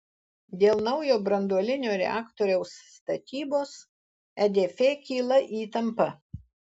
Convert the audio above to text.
dėl naujo branduolinio reaktoriaus statybos edf kyla įtampa